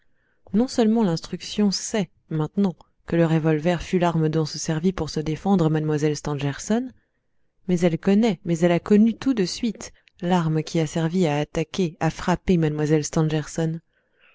non seulement l'instruction sait maintenant que le revolver fut l'arme dont se servit pour se défendre mlle stangerson mais elle connaît mais elle a connu tout de suite l'arme qui a servi à attaquer à frapper mlle stangerson